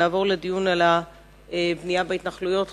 נעבור לדיון על הבנייה בהתנחלויות.